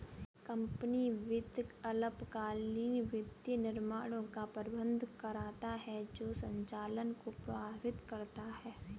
company वित्त अल्पकालिक वित्तीय निर्णयों का प्रबंधन करता है जो संचालन को प्रभावित करता है